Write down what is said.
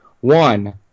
One